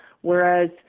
Whereas